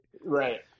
right